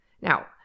Now